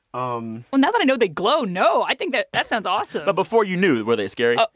um well, now that i know they glow, no. i think that that sounds awesome but before you knew, were they scary?